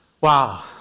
wow